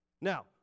Now